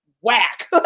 whack